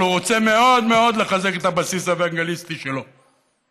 אבל הוא רוצה מאוד מאוד לחזק את הבסיס האוונגליסטי שלו.